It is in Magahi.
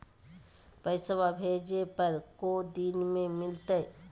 पैसवा भेजे पर को दिन मे मिलतय?